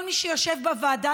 כל מי שיושב בוועדה,